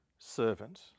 servant